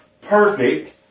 perfect